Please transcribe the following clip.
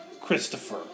Christopher